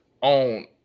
on